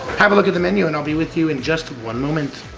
have a look at the menu and i'll be with you in just one moment.